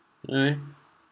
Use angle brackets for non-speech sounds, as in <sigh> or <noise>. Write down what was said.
<noise>